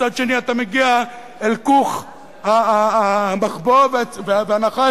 מצד שני אתה מגיע אל כוך המחבוא והנחש